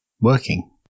working